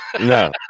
no